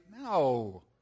No